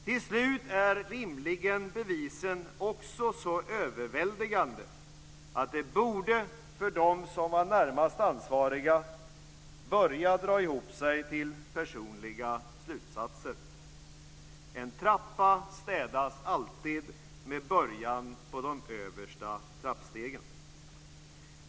Till slut är rimligen bevisen också så överväldigande att det för dem som var närmast ansvariga borde börja dra ihop sig till personliga slutsatser. En trappa städas alltid med början på de översta trappstegen.